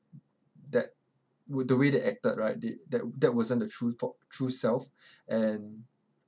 that w~ the way they acted right did that that wasn't their true fo~ true self and